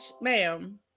ma'am